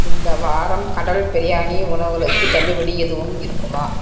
இந்த வாரம் கடல் பிரயாணி உணவுகளுக்கு தள்ளுபடி எதுவும் இருக்குமா